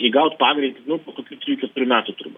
įgaut pagreitį po kokių trijų keturių metų tur